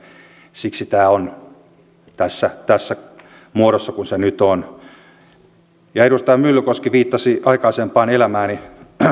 siksi tämä on tässä tässä muodossa kuin se nyt on edustaja myllykoski viittasi aikaisempaan elämääni